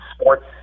sports